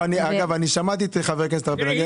אגב, אני שמעתי את חבר הכנסת ארבל.